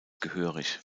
gehörig